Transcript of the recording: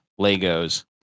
Legos